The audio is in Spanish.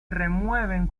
remueven